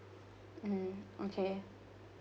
mm okay